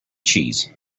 cheese